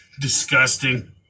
Disgusting